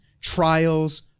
trials